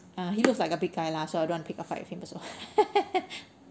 he looks like a big guy lah so I don't pick a fight with him also